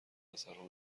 پسرها